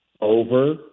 Over